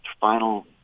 final